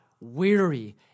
weary